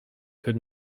could